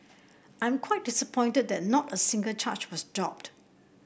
I am quite disappointed that not a single charge was dropped